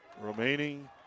Remaining